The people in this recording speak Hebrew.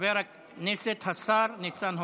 חבר הכנסת, השר ניצן הורוביץ,